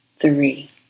three